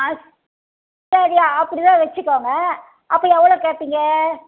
சரி அப்படிதான் வைச்சிக்கோங்க அப்போது எவ்வளோ கேட்பீங்க